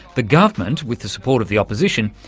the government, with the support of the opposition,